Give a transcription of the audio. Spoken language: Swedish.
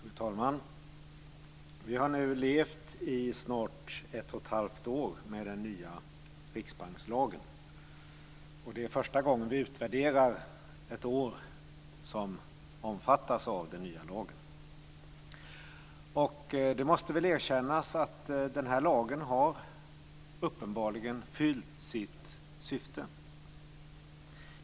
Fru talman! Vi har nu levt i snart ett och ett halvt år med den nya riksbankslagen. Det är första gången som vi utvärderar ett år som omfattas av den nya lagen. Det måste väl erkännas att den här lagen uppenbarligen har fyllt sitt syfte.